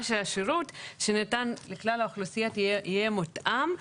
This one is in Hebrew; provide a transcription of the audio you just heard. שהשירות שניתן לכלל האוכלוסייה יהיה מותאם.